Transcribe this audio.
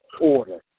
order